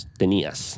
tenías